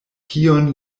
kion